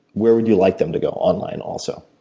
where would you like them to go online, also?